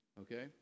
okay